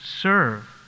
serve